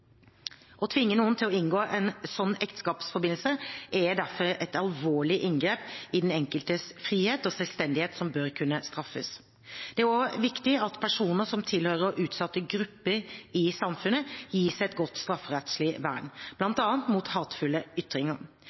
Å tvinge noen til å inngå en slik ekteskapsforbindelse er derfor et alvorlig inngrep i den enkeltes frihet og selvstendighet, som bør kunne straffes. Det er også viktig at personer som tilhører utsatte grupper i samfunnet, gis et godt strafferettslig vern, bl.a. mot hatefulle ytringer.